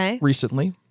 recently